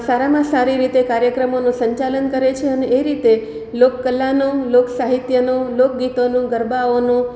સારામા સારી રીતે કાર્યક્રમોનુ સંચાલન કરે છે અને એ રીતે લોક કલાનો લોક સાહિત્યનો લોકગીતોનો ગરબાઓનો